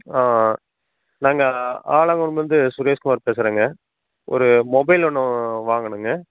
நாங்கள் ஆலங்கொம்புலருந்து சுரேஷ் குமார் பேசுறேங்க ஒரு மொபைல் ஒன்று வாங்குனேங்க